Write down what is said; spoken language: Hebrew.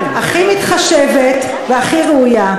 הכי מתחשבת והכי ראויה?